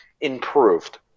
improved